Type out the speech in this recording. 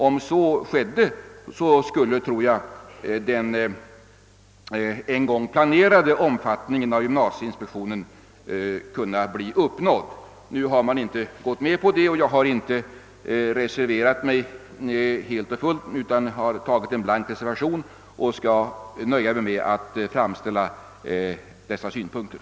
I så fall skulle, tror jag, den en gång planerade omfattningen av gymnasieinspektionen kunna uppnås. Nu har utskottet inte velat gå med på detta, och jag har för min del nöjt mig med att avge en blank reservation. Jag fann det cmellertid angeläget att i kammaren framföra dessa synpunkter.